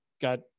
got